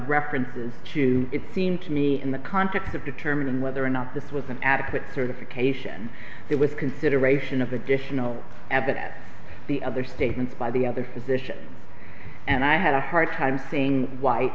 references to it seemed to me in the context of determining whether or not this was an adequate certification it was consideration of additional evidence the other statements by the other physicians and i had a hard time seeing why